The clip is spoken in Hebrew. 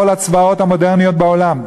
כל הצבאות המודרניים בעולם,